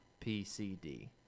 PCD